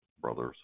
Brothers